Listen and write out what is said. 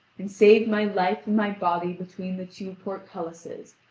and saved my life my body between the two portcullises,